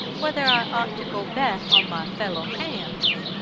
whether i ought to go back on my fellow-hands.